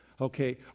okay